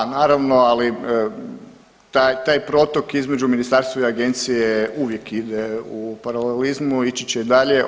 Da, naravno ali taj protok između ministarstva i agencije uvijek ide u paralelizmu ići će i dalje.